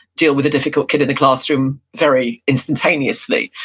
deal with a difficult kid in the classroom very instantaneously.